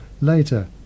later